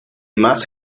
más